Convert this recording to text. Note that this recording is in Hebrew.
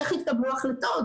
איך התקבלו החלטות.